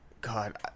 God